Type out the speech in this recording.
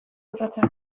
urratsak